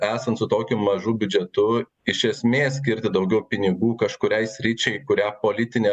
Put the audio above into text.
esant su tokiu mažu biudžetu iš esmė skirti daugiau pinigų kažkuriai sričiai kurią politinę